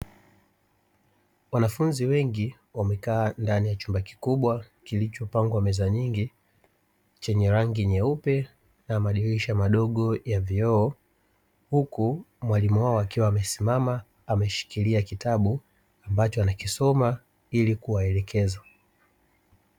Wanafunzi wengi wamekaa ndani ya chumba kikubwa, kilichopangwa meza nyingi chenye rangi nyeupe na madirisha madogo ya vioo, huku mwalimu wao akiwa amesimama ameshikilia kitabu ambacho akikisoma ilikuwa elekeza.